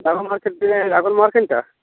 dragon market থেকে dragon মার্কেটটা